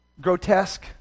grotesque